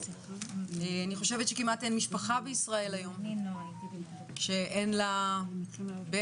אני חושבת שכמעט אין משפחה בישראל היום שאין לה בן,